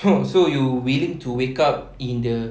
!huh! so you willing to wake up in the